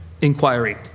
inquiry